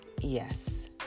yes